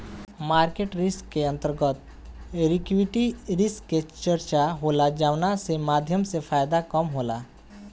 market risk के अंतर्गत equity risk के चर्चा होला जावना के माध्यम से फायदा कम होला